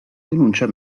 denuncia